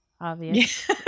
Obvious